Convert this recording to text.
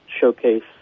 showcase